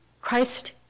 Christ